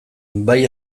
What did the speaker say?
bai